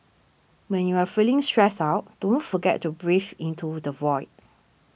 when you are feeling stressed out don't forget to breathe into the void